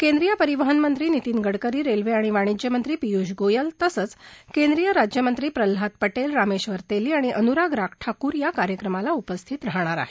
केंद्रीय परिवहन मंत्री नितीन गडकरी रेल्वे आणि वाणिज्य मंत्री पियूष गोयल तसंच केंद्रीय राज्यमंत्री प्रल्हाद पटेल रामेश्वर तेली आणि अनुराग ठाकूर या कार्यक्रमाला उपस्थित राहणार आहेत